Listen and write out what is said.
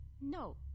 No